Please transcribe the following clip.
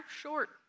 short